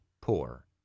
poor